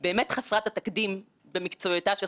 בעקבות שיתוף הפעולה חוצה המפלגות,